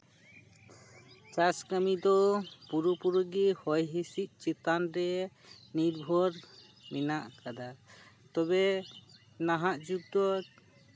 ᱪᱟᱥ ᱠᱟᱹᱢᱤ ᱫᱚ ᱯᱩᱨᱟᱹ ᱯᱩᱨᱤ ᱜᱮ ᱦᱚᱭ ᱦᱤᱸᱥᱤᱫ ᱪᱮᱛᱟᱱ ᱨᱮ ᱱᱤᱨᱵᱷᱚᱨ ᱢᱮᱱᱟᱜ ᱟᱠᱟᱫᱟ ᱛᱚᱵᱮ ᱱᱟᱦᱟᱜ ᱡᱩᱜᱽ ᱫᱚ